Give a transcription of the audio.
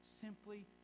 simply